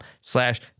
slash